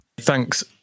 thanks